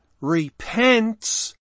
repents